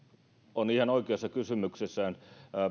on ihan oikeassa kysymyksessään